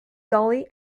gully